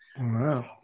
Wow